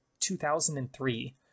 2003